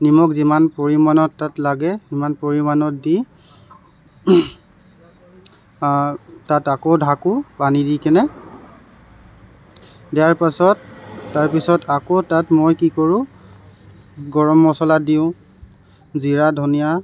নিমখ যিমান পৰিমাণত তাত লাগে সিমান পৰিমাণত দি তাত আকৌ ঢাকোঁ পানী দি কেনে দিয়াৰ পাছত তাৰপিছত আকৌ তাত মই তাত কি কৰোঁ গৰম মছলা দিওঁ জিৰা ধনীয়া